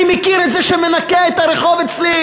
אני מכיר את זה שמנקה את הרחוב אצלי,